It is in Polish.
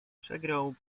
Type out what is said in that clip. przegrał